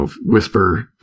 whisper